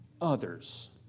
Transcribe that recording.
others